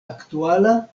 aktuala